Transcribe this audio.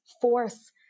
force